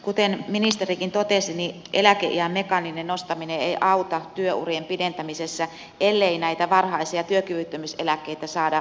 kuten ministerikin totesi niin eläkeiän mekaaninen nostaminen ei auta työurien pidentämisessä ellei näitä varhaisia työkyvyttömyyseläkkeitä saada vähennettyä